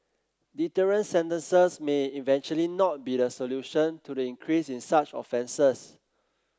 deterrent sentences may eventually not be the solution to the increase in such offences